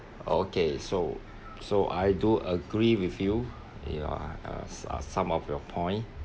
o~ okay so so I do agree with you your ah uh uh some of your point